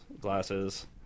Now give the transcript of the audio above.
glasses